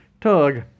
Tug